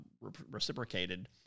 reciprocated